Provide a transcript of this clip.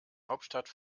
hauptstadt